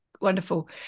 Wonderful